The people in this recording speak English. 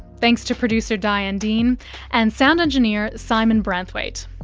thanks to producer diane dean and sound engineer simon brathwaite.